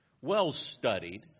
well-studied